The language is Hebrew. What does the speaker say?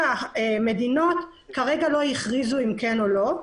27 מדינות כרגע לא הכריזו אם כן או לא.